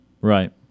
Right